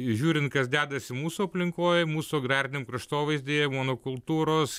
žiūrint kas dedasi mūsų aplinkoj mūsų agrariniam kraštovaizdyje monokultūros